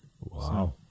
Wow